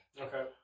okay